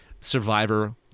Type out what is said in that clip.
survivor